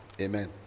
Amen